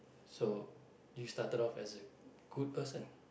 so you started off as a good person